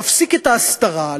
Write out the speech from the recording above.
להפסיק את ההסתרה,